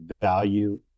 value